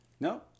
No